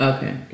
Okay